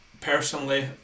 personally